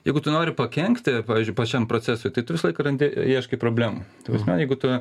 jeigu tu nori pakenkti pavyzdžiui pačiam procesui tai tu visą laiką randi ieškai problemų ta prasme jeigu tu